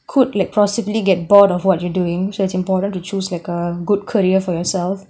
could like possibly get bored of what you're doing so its important to choose like a good career for yourself